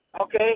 Okay